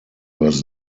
was